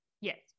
Yes